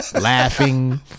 Laughing